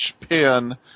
pin